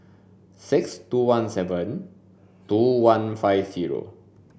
six two one seven two one five zero